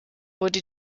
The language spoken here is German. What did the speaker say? wurde